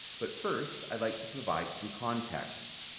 but, first, i'd like to provide some context.